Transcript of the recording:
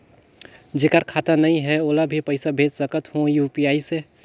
जेकर खाता नहीं है ओला भी पइसा भेज सकत हो यू.पी.आई से?